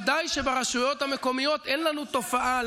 בוודאי שברשויות המקומיות אין לנו תופעה,